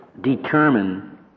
determine